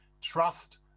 trust